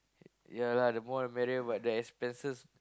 ya lah the more the merrier but the expenses